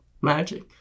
magic